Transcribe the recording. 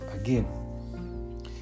again